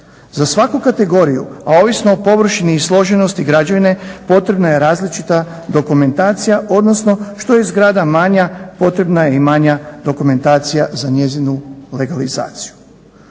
Za svaku kategoriju, a ovisno o površini i složenosti građevine potrebna je različita dokumentacija, odnosno što je zgrada manja potrebna je i manja dokumentacija za njezinu legalizaciju.